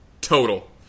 total